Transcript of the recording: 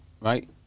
right